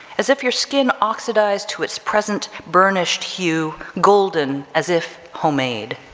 as if your skin oxidized to its present burnished hue golden as if homemade